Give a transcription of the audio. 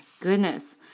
goodness